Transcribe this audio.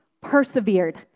persevered